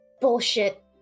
bullshit